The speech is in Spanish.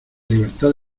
libertad